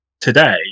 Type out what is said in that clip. today